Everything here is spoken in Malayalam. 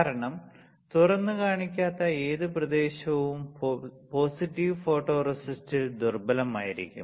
കാരണം തുറന്നുകാണിക്കാത്ത ഏത് പ്രദേശവും പോസിറ്റീവ് ഫോട്ടോറെസിസ്റ്റിൽ ദുർബലമായിരിക്കും